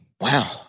Wow